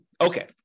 Okay